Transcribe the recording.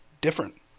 different